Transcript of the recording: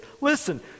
Listen